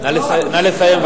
נא לסיים.